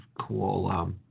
cool